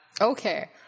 Okay